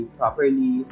properly